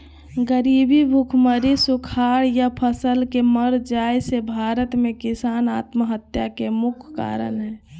गरीबी, भुखमरी, सुखाड़ या फसल के मर जाय से भारत में किसान आत्महत्या के मुख्य कारण हय